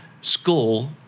school